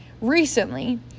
recently